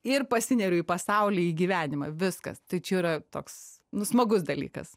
ir pasineriu į pasaulį į gyvenimą viskas tai čia jau yra toks nu smagus dalykas